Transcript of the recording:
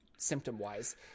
Symptom-wise